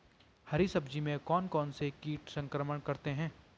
हरी सब्जी में कौन कौन से कीट संक्रमण करते हैं?